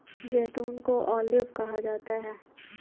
जैतून को ऑलिव कहा जाता है